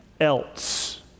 else